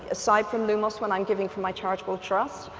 aside from lumos, when i'm giving from my charitable trust,